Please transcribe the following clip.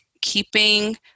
keeping